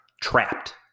Trapped